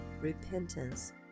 repentance